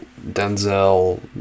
Denzel